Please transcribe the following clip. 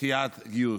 דחיית גיוס.